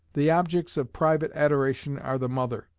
the objects of private adoration are the mother,